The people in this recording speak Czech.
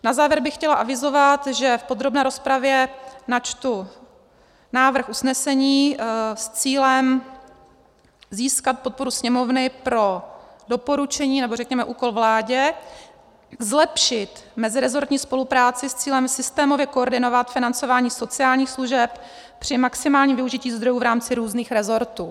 Na závěr bych chtěla avizovat, že v podrobné rozpravě načtu návrh usnesení s cílem získat podporu Sněmovny pro doporučení, nebo řekněme úkol vládě zlepšit mezirezortní spolupráci s cílem systémově koordinovat financování sociálních služeb při maximálním využití zdrojů v rámci různých rezortů.